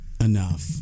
enough